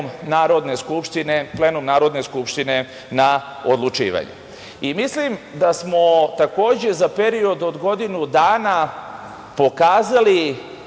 Narodne skupštine na odlučivanje. Mislim da smo takođe za period od godinu dana pokazali